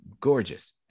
gorgeous